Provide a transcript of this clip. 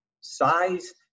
size